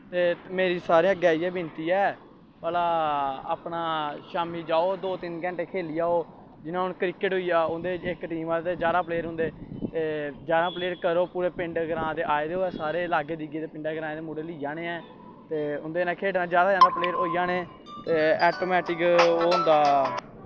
ते मेरी सारें अग्गें इ'यै बिनती ऐ भला अपना शामीं जाओ दो तिन्न घैटा खेली आओ जि'यां क्रिकेट होई गेआ उं'दे इक टीम दे ज्हारां प्लेयर होंदे ते ज्हारां प्लेयर करो पूरे पिंड ग्रांऽ आए दे होऐ सारे लाग्गे धिग्गे दे पिंड ग्रांऽ दे मुड़े लेई जाने ऐं ते उं'दे नै खेढना ज्हारां ज्हारां प्लेयर होई जाने ते ऐटोमैटिक होंदा